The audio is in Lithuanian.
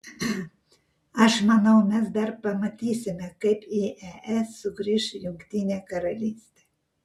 aš manau mes dar pamatysime kaip į es sugrįš jungtinė karalystė